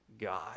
God